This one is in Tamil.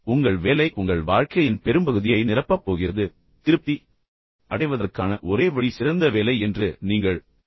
உங்கள் வேலை உங்கள் வாழ்க்கையின் பெரும்பகுதியை நிரப்பப் போகிறது மேலும் உண்மையிலேயே திருப்தி அடைவதற்கான ஒரே வழி சிறந்த வேலை என்று நீங்கள் நம்புவதைச் செய்வது